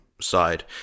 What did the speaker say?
side